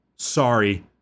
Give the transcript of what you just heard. Sorry